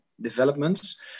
developments